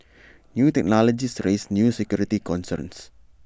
new technologies raise new security concerns